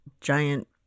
giant